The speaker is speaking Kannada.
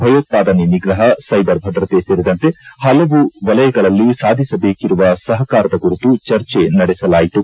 ಭಯೋತ್ಪಾದನೆ ನಿಗ್ರಹ ಸೈಬರ್ ಭದ್ರತೆ ಸೇರಿದಂತೆ ಹಲವು ವಲಯಗಳಲ್ಲಿ ಸಾಧಿಸಬೇಕಿರುವ ಸಹಕಾರದ ಕುರಿತು ಚರ್ಚೆ ನಡೆಸಲಾಯಿತು